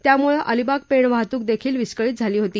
त्यामुळं अलिबाग पेण वाहतूक देखील विस्कळीत झाली होती